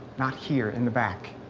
not here. in the back.